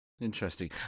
Interesting